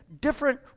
different